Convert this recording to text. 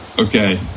okay